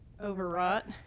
overwrought